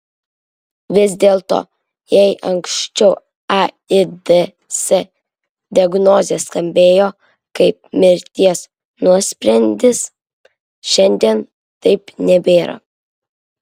vis dėlto jei anksčiau aids diagnozė skambėjo kaip mirties nuosprendis šiandien taip nebėra